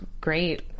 great